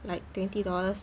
like twenty dollars